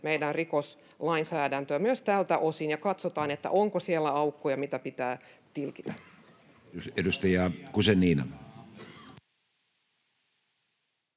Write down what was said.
meidän rikoslainsäädäntöä myös tältä osin ja katsotaan, onko siellä aukkoja, mitä pitää tilkitä. [Speech